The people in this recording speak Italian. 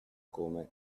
come